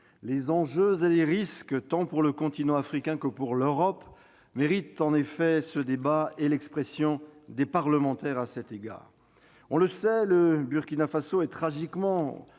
Les enjeux et les risques, tant pour le continent africain que pour l'Europe, méritent en effet un débat et l'expression des parlementaires. On le sait, le Burkina Faso est dans